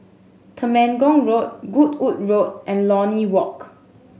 Temenggong Road Goodwood Road and Lornie Walk